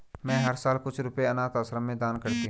मैं हर साल कुछ रुपए अनाथ आश्रम में दान करती हूँ